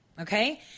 okay